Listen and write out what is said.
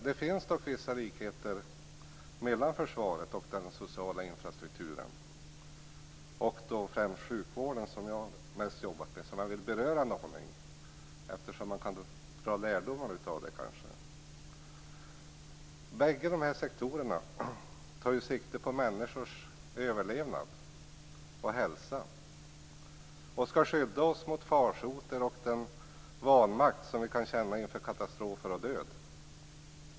Det finns dock vissa likheter mellan försvaret och den sociala infrastrukturen, främst då sjukvården som jag mest har jobbat med. Jag vill något beröra dessa likheter eftersom man kanske kan dra lärdomar av dem. Bägge sektorerna tar sikte på människors överlevnad och hälsa. De skall skydda oss mot farsoter och den vanmakt som vi kan känna inför katastrofer och död.